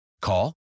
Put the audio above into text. Call